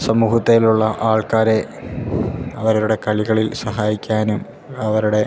സമൂഹത്തിലുള്ള ആൾക്കാരെ അവരവരുടെ കളികളിൽ സഹായിക്കാനും അവരുടെ